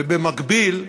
ובמקביל,